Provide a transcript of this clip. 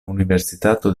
universitato